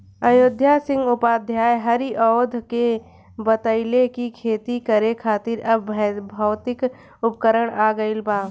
अयोध्या सिंह उपाध्याय हरिऔध के बतइले कि खेती करे खातिर अब भौतिक उपकरण आ गइल बा